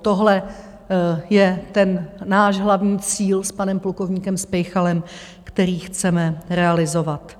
Tohle je ten náš hlavní cíl s panem plukovníkem Speychalem, který chceme realizovat.